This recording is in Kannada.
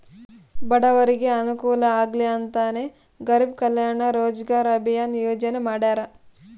ಬಡೂರಿಗೆ ಅನುಕೂಲ ಆಗ್ಲಿ ಅಂತನೇ ಗರೀಬ್ ಕಲ್ಯಾಣ್ ರೋಜಗಾರ್ ಅಭಿಯನ್ ಯೋಜನೆ ಮಾಡಾರ